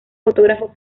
fotógrafos